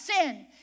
sin